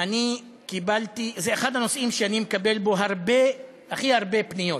זה אחד הנושאים שאני מקבל בו הכי הרבה פניות